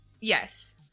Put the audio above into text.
Yes